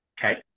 Okay